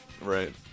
Right